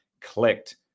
clicked